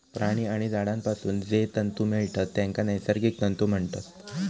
प्राणी आणि झाडांपासून जे तंतु मिळतत तेंका नैसर्गिक तंतु म्हणतत